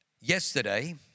Yesterday